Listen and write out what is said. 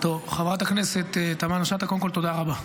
טוב, חברת הכנסת תמנו שטה, קודם כול תודה רבה.